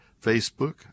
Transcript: facebook